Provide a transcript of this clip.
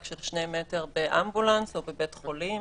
של שני מטר באמבולנס או בבית חולים,